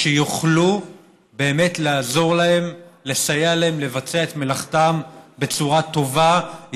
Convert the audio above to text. שיוכלו באמת לעזור להם לסייע להם לבצע את מלאכתם בצורה טובה,